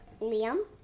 Liam